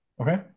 Okay